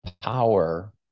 power